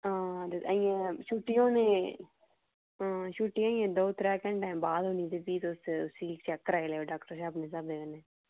हां ते ऐहियें छुट्टी होने गी ते छुट्टी अजें दौ त्रै घैंटे दे बाद छुट्टी होनी ते फ्ही तुस उसी चेक कराई लैएओ डाक्टरै शा अपने स्हाबें कन्नै